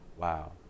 Wow